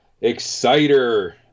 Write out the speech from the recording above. exciter